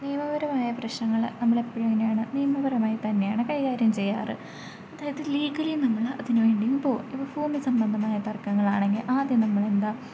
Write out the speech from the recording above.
നിയമപരമായ പ്രശ്നങ്ങൾ നമ്മൾ എപ്പോഴും എങ്ങനെയാണ് നിയമപരമായി തന്നെയാണ് കൈകാര്യം ചെയ്യാറുള്ളത് അതായത് ലീഗലി നമ്മൾ അതിന് വേണ്ടിയും പോവും ഇപ്പോൾ ഭൂമി സംബന്ധമായ തർക്കങ്ങൾ ആണെങ്കിൽ ആദ്യം നമ്മൾ എന്താണ്